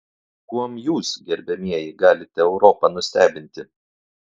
kuom jūs gerbiamieji galite europą nustebinti